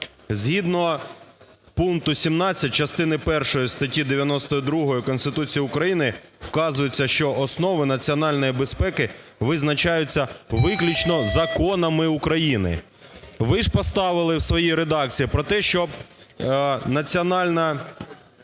Згідно пункту 17 частини першої статті 92 Конституції України вказується, що "основи національної безпеки визначаються виключно законами України". Ви ж поставили в своїй редакції про те, що "національна